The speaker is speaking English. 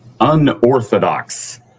unorthodox